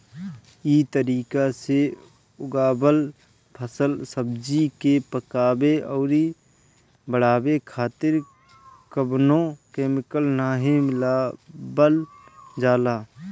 इ तरीका से उगावल फल, सब्जी के पकावे अउरी बढ़ावे खातिर कवनो केमिकल नाइ मिलावल जाला